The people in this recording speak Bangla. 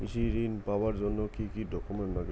কৃষি ঋণ পাবার জন্যে কি কি ডকুমেন্ট নাগে?